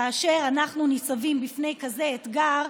כאשר אנחנו ניצבים בפני כזה אתגר,